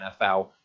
NFL